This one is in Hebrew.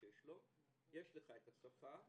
לך השפה,